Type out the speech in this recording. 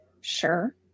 Sure